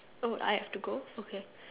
oh I have to go okay